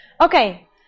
Okay